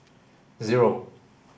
zero